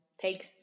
take